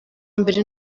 mbere